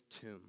tomb